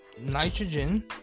nitrogen